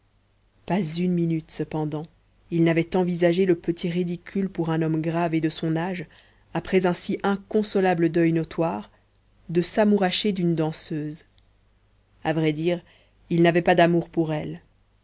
pas une minute cependant il n'avait envisagé le petit ridicule pour un homme grave et de son âge après un si inconsolable deuil notoire de s'amouracher d'une danseuse à vrai dire il n'avait pas d'amour pour elle